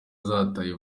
zataye